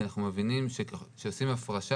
כי אנחנו מבינים שכעושים הפרשה,